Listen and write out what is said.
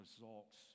results